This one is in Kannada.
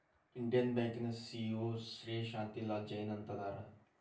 ಇಂಡಿಯನ್ ಬ್ಯಾಂಕಿನ ಸಿ.ಇ.ಒ ಶ್ರೇ ಶಾಂತಿ ಲಾಲ್ ಜೈನ್ ಅಂತ ಅದಾರ